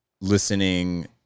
listening